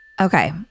Okay